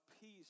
peace